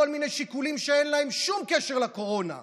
מיני שיקולים שאין להם שום קשר לקורונה,